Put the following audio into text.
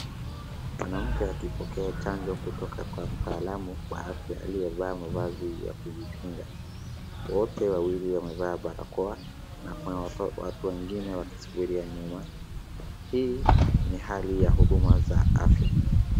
Mwanamke akipokea chanjo kutoka kwa mtaalamu wa afya aliyevaa mavazi ya kujikinga, wote wawili wamevaa barakoa, na kuna watu wengine wakisubiria nyuma, hii ni hali ya huduma za afya.